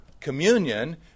Communion